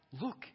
Look